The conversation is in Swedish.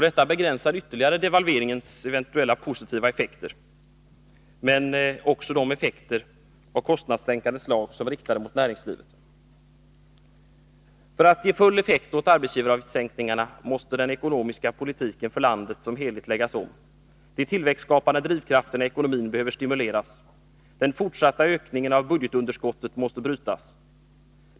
Detta begränsar ytterligare devalveringens effekter för Norrbotten, men också effekterna av kostnadssänkande åtgärder riktade mot näringslivet. För att ge full effekt åt arbetsgivaravgiftssänkningarna måste den ekonomiska politiken för landet som helhet läggas om. De tillväxtskapande drivkrafterna i ekonomin behöver stimuleras. Den fortsatta ökningen av budgetunderskotten måste brytas.